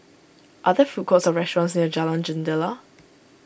are there food courts or restaurants near Jalan Jendela